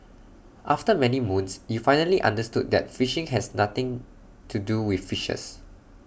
after many moons you finally understood that phishing has nothing to do with fishes